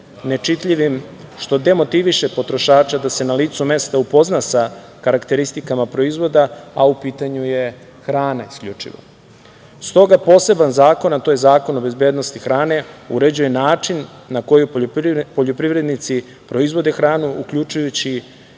nečitljivim, što demotiviše potrošača da se na licu mesta upozna sa karakteristikama proizvoda, a u pitanju je hrana isključivo. Stoga poseban zakon, a to je Zakon o bezbednosti hrane, uređuje način na koji poljoprivrednici proizvode hranu, uključujući